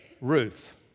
Ruth